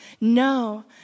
No